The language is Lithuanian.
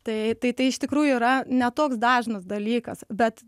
tai tai tai iš tikrųjų yra ne toks dažnas dalykas bet